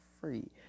free